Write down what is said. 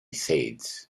seeds